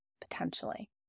potentially